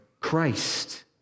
Christ